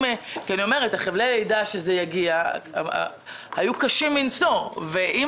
חבלי הלידה שזה יגיע היו קשים מנשוא ואם